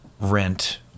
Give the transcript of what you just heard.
rent